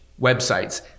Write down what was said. websites